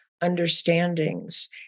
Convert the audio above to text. understandings